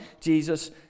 Jesus